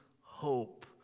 hope